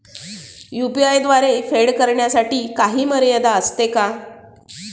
UPI द्वारे फेड करण्यासाठी काही मर्यादा असते का?